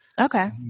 Okay